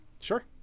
Sure